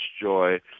joy